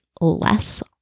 less